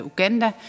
Uganda